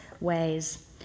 ways